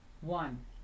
one